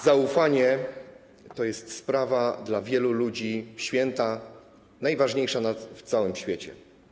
Zaufanie to jest sprawa dla wielu ludzi święta, najważniejsza na całym świecie.